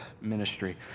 ministry